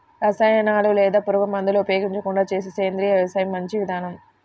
రసాయనాలు లేదా పురుగుమందులు ఉపయోగించకుండా చేసే సేంద్రియ వ్యవసాయం మంచి విధానం